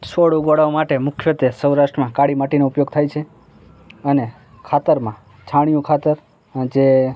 છોડ ઉગાડવા માટે મુખ્યત્વે સૌરાષ્ટ્રમાં કાળી માટીનો ઉપયોગ થાય છે અને ખાતરમાં છાણિયું ખાતર અ જે